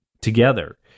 together